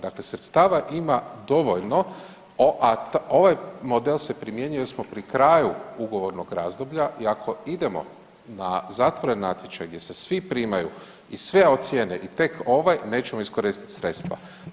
Dakle, sredstava ima dovoljno, a ovaj model se primjenjuje jer smo pri kraju ugovornog razdoblja i ako idemo na zatvoren natječaj gdje se svim primaju i sve ocijene i tek ovaj nećemo iskoristit sredstva.